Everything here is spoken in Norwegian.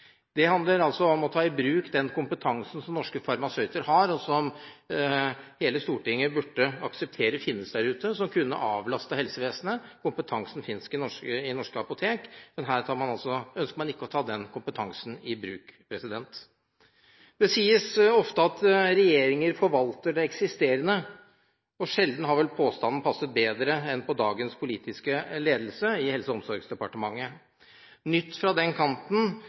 Det handler om å ta i bruk den kompetansen som norske farmasøyter har, som hele Stortinget burde akseptere at finnes der ute, og som kunne avlaste helsevesenet. Kompetansen finnes i norske apotek, men her ønsker man altså ikke å ta denne kompetansen i bruk. Det sies ofte at regjeringer forvalter det eksisterende, og sjelden har vel påstanden passet bedre enn på dagens politiske ledelse i Helse- og omsorgsdepartementet. Noe nytt fra den kanten